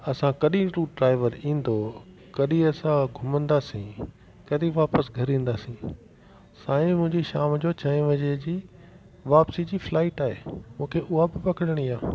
असां कॾहिं tour driver ईंदो कॾहिं असां घुमंदासीं कॾहिं वापसि घर ईंदासीं साईं मुंहिंजी शाम जो चारि वजे जी वापसी जी फ्लाइट आहे मूंखे उहा बि पकड़णी आहे